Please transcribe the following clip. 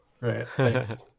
Right